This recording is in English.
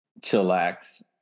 chillax